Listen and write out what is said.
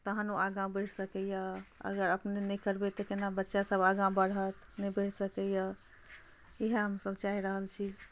तखन ओ आगाँ बढ़ि सकैए अगर अपने नहि करबै तऽ केना बच्चासभ आगाँ बढ़त नहि बढ़ि सकैए इएह हमसभ चाहि रहल छी